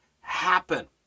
happen